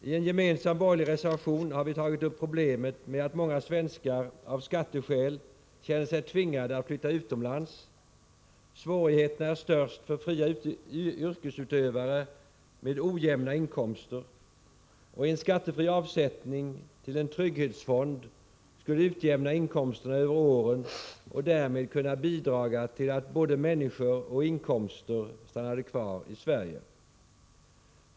I en gemensam borgerlig reservation har vi tagit upp problemet med att många svenskar av skatteskäl känner sig tvingade att flytta utomlands. Svårigheterna är störst för fria yrkesutövare med ojämna inkomster, och en skattefri avsättning till en trygghetsfond skulle utjämna inkomsterna över åren och därmed kunna bidraga till att både människor och inkomster stannade kvar i Sverige.